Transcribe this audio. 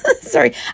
Sorry